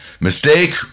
mistake